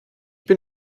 bin